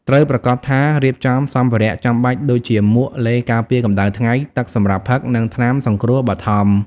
ត្រូវប្រាកដថាបានរៀបចំសម្ភារៈចាំបាច់ដូចជាមួក ឡេការពារកម្តៅថ្ងៃ ទឹកសម្រាប់ផឹក និងថ្នាំសង្គ្រោះបឋម។